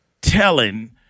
telling